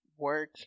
work